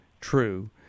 true